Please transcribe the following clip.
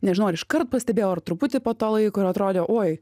nežinau ar iškart pastebėjau ar truputį po to laiko ir atrodė oi